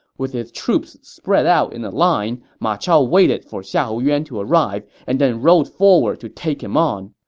with his troops spread out in a line, ma chao waited for xiahou yuan to arrive and then rode forward to take him on.